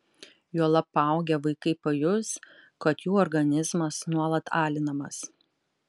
juolab paaugę vaikai pajus kad jų organizmas nuolat alinamas